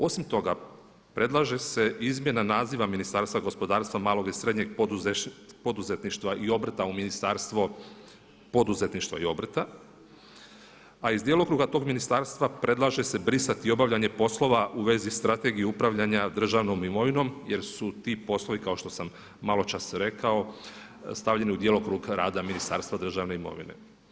Osim toga, predlaže se izmjena naziva Ministarstva gospodarstva, malog i srednjeg poduzetništva i obrta u ministarstvo poduzetništva i obrta, a iz djelokruga tog ministarstva predlaže se brisati obavljanje poslova u vezi Strategije upravljanja državnom imovinom jer su ti poslovi kao što sam malo čas rekao stavljeni u djelokrug rada ministarstva državne imovine.